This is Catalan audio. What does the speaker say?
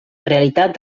realitat